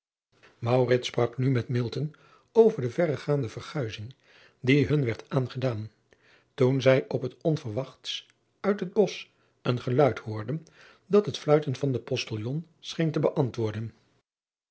sprak nu met over de verregaande verguizing die hun werd aangedaan toen zij op het onverwachtst uit het bosch een geluid hoorden dat het fluiten van den ostiljon driaan oosjes zn et leven van aurits ijnslager scheen te beantwoorden